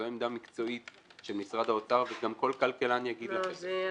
זו עמדה מקצועית של משרד האוצר וגם כל כלכלן יגיד לך את זה.